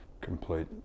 complete